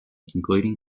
including